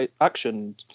action